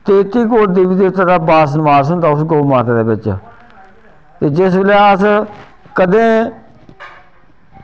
तेत्ती करोड़ देवी देवतें दा वास निवास होंदा इस गौ माता दे बिच जिस बेल्लै अस कदें